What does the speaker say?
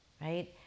right